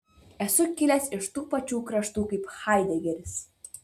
esu kilęs iš tų pačių kraštų kaip haidegeris